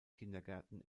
kindergärten